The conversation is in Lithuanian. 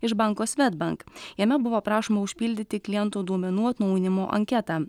iš banko swedbank jame buvo prašoma užpildyti klientų duomenų atnaujinimo anketą